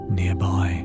nearby